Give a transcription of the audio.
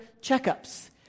checkups